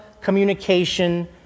communication